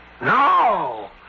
no